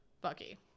Bucky